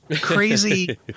crazy